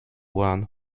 one